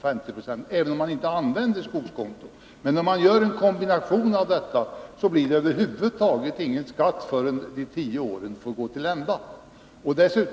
50 26, även om man inte använder skogskonto. Gör man en kombination av detta, blir det över huvud taget ingen skatt förrän de tio åren gått till ända.